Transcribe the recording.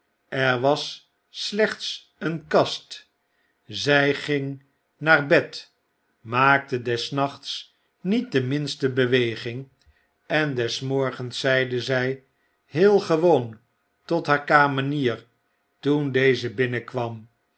er was slechts een kast zij ging naar bed maakte des nachts niet de minste beweging en des morgens zeide zy heel gewoon tot haar kamenier toen deze binnenkwam